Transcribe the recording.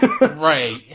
right